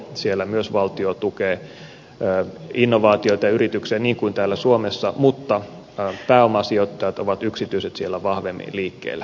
siellä myös valtio tukee innovaatioita ja yrityksiä niin kuin täällä suomessa mutta yksityiset pääomasijoittajat ovat siellä vahvemmin liikkeellä